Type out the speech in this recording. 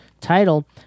title